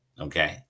Okay